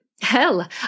Hell